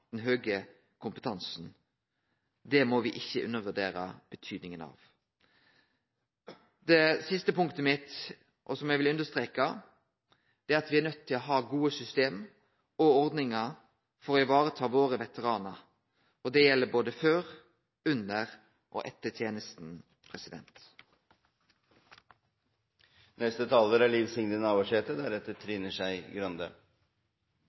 den høge kompetansen, og dette må me ikkje undervurdere betydninga av. Det siste punktet mitt, og som eg vil understreke, er at me er nøydde til å ha gode system og ordningar for å vareta våre veteranar, og det gjeld både før, under og etter tenesta. Utanriks- og forsvarspolitikken i Noreg har så langt vore prega av at me er